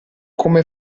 come